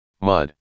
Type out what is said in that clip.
Mud